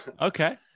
Okay